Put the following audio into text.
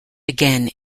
again